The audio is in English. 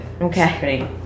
Okay